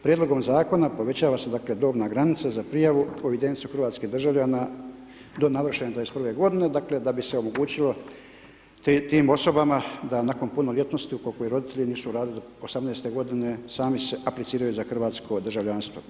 Prijedlogom zakona povećava se dakle dobna granica za prijavu u evidenciju hrvatskih državljana do navršene 21 godine, dakle da bi se omogućilo tim osobama da nakon punoljetnosti ukoliko i roditelji nisu uradili do 18 godine sami se apliciraju za hrvatsko državljanstvo.